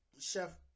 Chef